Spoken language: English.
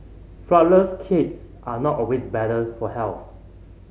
flourless cakes are not always better for health